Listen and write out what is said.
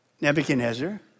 Nebuchadnezzar